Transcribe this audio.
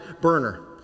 burner